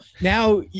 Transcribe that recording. now